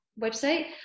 website